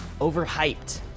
overhyped